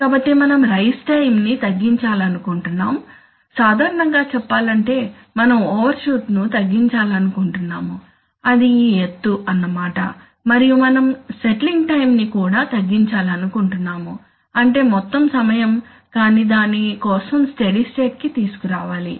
కాబట్టి మనం rise time ని తగ్గించాలనుకుంటున్నాము సాధారణంగా చెప్పాలంటే మనం ఓవర్షూట్ను తగ్గించాలనుకుంటున్నాము అది ఈ ఎత్తు అన్నమాట మరియు మనం సెట్లింగ్ టైం ని కూడా తగ్గించాలనుకుంటున్నాము అంటే మొత్తం సమయం కానీ దాని కోసం స్టడీ స్టేట్ కి తీసుకు రావాలి